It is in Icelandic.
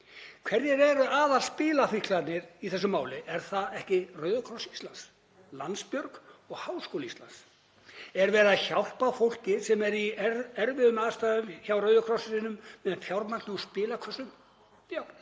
Hverjir eru aðalspilafíklarnir í þessu máli? Er það ekki Rauði kross Íslands, Landsbjörg og Háskóli Íslands? Er verið að hjálpa fólki sem er í erfiðum aðstæðum hjá Rauða krossinum með fjármagni úr spilakössum? Já.